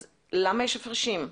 אז למה יש הפרשים?